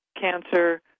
cancer